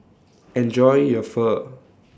Enjoy your Pho